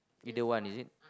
middle one is it